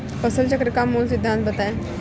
फसल चक्र का मूल सिद्धांत बताएँ?